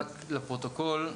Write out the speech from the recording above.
רק לפרוטוקול.